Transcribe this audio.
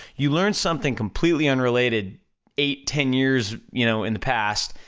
you learn something completely unrelated eight, ten years, you know, in the past,